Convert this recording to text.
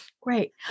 Great